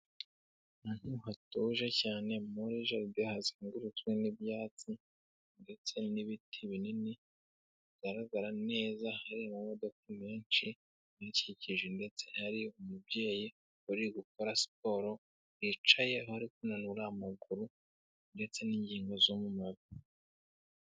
Ahantu hatuje cyane muri jardin hazengurutswe n'ibyatsi ndetse n'ibiti binini bigaragara neza. Hari amamodoka menshi ahakikije, ndetse hari umubyeyi, urigukora siporo yicaye arikunanura amaguru ndetse n'ingingo z'umumavi.